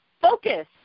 focus